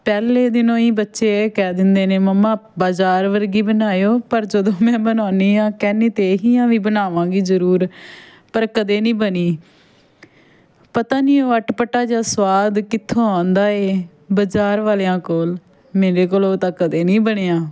ਪਹਿਲੇ ਦਿਨੋਂ ਹੀ ਬੱਚੇ ਕਹਿ ਦਿੰਦੇ ਨੇ ਮੰਮਾ ਬਾਜ਼ਾਰ ਵਰਗੀ ਬਨਾਇਓ ਪਰ ਜਦੋਂ ਮੈਂ ਬਨਾਉਂਦੀ ਹਾਂ ਕਹਿੰਦੀ ਤਾਂ ਇਹੀ ਆ ਵੀ ਬਣਾਵਾਂਗੀ ਜ਼ਰੂਰ ਪਰ ਕਦੇ ਨਹੀਂ ਬਣੀ ਪਤਾ ਨਹੀਂ ਉਹ ਅਟਪਟਾ ਜਿਹਾ ਸਵਾਦ ਕਿੱਥੋਂ ਆਉਂਦਾ ਏ ਬਾਜ਼ਾਰ ਵਾਲਿਆਂ ਕੋਲ ਮੇਰੇ ਕੋਲ ਉਹ ਤਾਂ ਕਦੇ ਨਹੀਂ ਬਣਿਆ